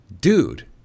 dude